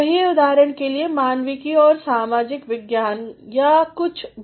कहिए उदाहरण के लिएमानविकीऔर सामाजिक विज्ञान या कुछ भी